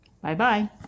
Bye-bye